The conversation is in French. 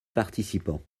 participants